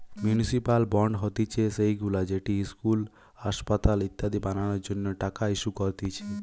municipal bond হতিছে সেইগুলা যেটি ইস্কুল, আসপাতাল ইত্যাদি বানানোর জন্য টাকা ইস্যু করতিছে